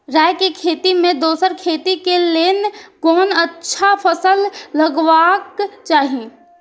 राय के खेती मे दोसर खेती के लेल कोन अच्छा फसल लगवाक चाहिँ?